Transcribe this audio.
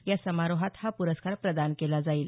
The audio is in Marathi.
या समारोहात हा पुरस्कार प्रदान केला जाईल